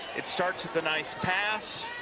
it starts with a nice pass.